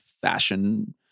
fashion